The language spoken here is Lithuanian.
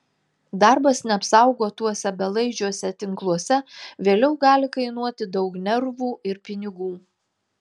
darbas neapsaugotuose belaidžiuose tinkluose vėliau gali kainuoti daug nervų ir pinigų